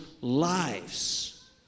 lives